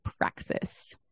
praxis